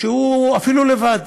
שהוא אפילו לבד,